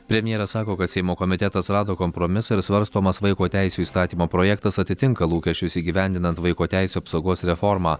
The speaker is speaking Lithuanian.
premjeras sako kad seimo komitetas rado kompromisą ir svarstomas vaiko teisių įstatymo projektas atitinka lūkesčius įgyvendinant vaiko teisių apsaugos reformą